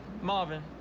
Marvin